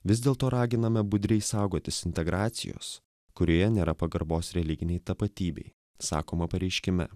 vis dėl to raginame budriai saugotis integracijos kurioje nėra pagarbos religinei tapatybei sakoma pareiškime